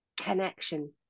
connection